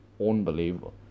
unbelievable